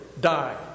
die